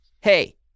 hey